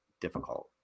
difficult